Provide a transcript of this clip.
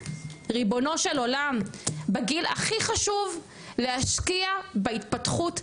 ריבונו של עולם בגיל הכי חשוב להשקיע בהתפתחות,